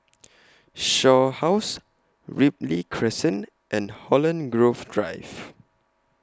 Shaw House Ripley Crescent and Holland Grove Drive